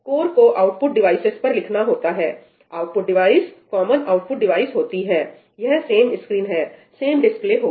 core को output devices पर लिखना होता है output device common output device होती है यह सेम स्क्रीन है सेम डिस्प्ले होगा